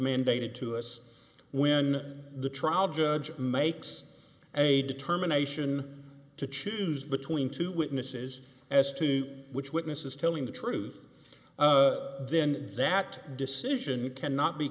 mandated to us when the trial judge makes a determination to choose between two witnesses as to which witness is telling the truth then that decision cannot be